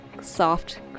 soft